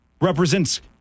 represents